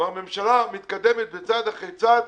והממשלה מתקדמת צעד אחר צעד